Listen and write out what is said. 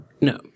No